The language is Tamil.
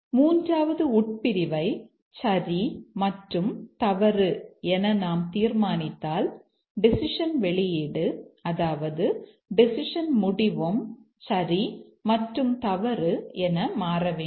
மூன்றாவது உட்பிரிவை சரி மற்றும் தவறு என நாம் தீர்மானித்தால் டெசிஷன் வெளியீடு அதாவது டெசிஷன் முடிவும் சரி மற்றும் தவறு என மாற வேண்டும்